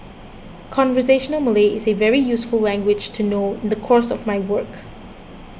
conversational Malay is a very useful language to know in the course of my work